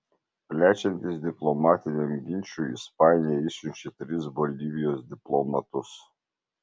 plečiantis diplomatiniam ginčui ispanija išsiunčia tris bolivijos diplomatus